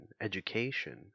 education